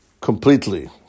completely